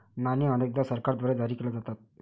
नाणी अनेकदा सरकारद्वारे जारी केल्या जातात